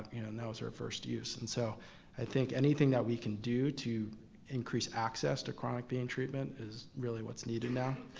but and that was her first use. and so i think anything that we can do to increase access to chronic pain treatment is really what's needed now.